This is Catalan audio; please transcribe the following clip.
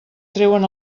treuen